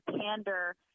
pander